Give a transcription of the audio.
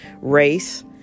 race